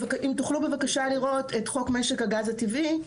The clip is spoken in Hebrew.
אם תוכלו בבקשה לראות את חוק משק הגז הטבעי.